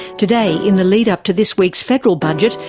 today, in the lead-up to this week's federal budget,